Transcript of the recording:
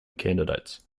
candidates